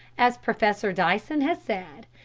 as professor dyson has said,